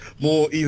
more